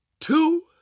two